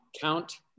Count